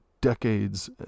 Decades